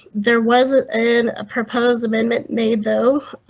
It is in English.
there wasn't and a proposed amendment made though,